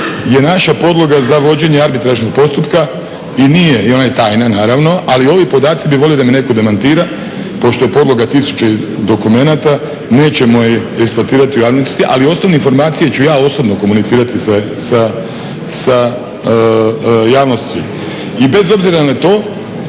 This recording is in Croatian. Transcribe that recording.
je naša podloga za vođenje arbitražnog postupka i nije, i ona je tajna naravno, ali ovi podaci bi voli da mi netko demantira, pošto je podloga tisuće dokumenta, nećemo je eksploatirati u javnosti, ali osnovne informacije ću ja osobno komunicirati sa javnosti. I bez obzira na to